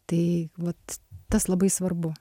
tai vat tas labai svarbu